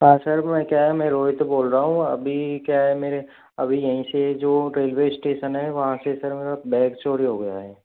parcel में क्या है मैं रोहित बोल रहा हूँ अभी क्या है मेरे अभी यहीं से जो रेलवे स्टेशन है वहाँ से सर मेरा बैग चोरी हो गया है